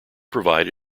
provide